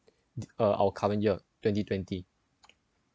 uh our current year twenty twenty